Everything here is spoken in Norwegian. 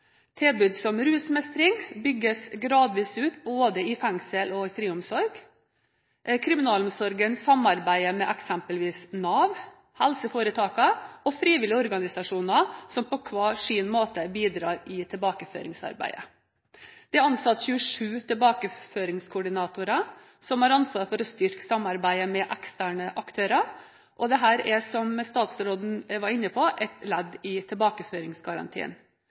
i friomsorg. Kriminalomsorgen samarbeider med eksempelvis Nav, helseforetakene og frivillige organisasjoner som hver på sin måte bidrar i tilbakeføringsarbeidet. Det er ansatt 27 tilbakeføringskoordinatorer som har ansvar for å styrke samarbeidet med eksterne aktører. Dette er, som statsråden var inne på, et ledd i tilbakeføringsgarantien.